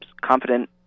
confident